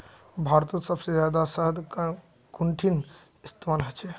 भारतत सबसे जादा शहद कुंठिन इस्तेमाल ह छे